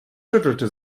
schüttelte